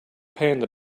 panda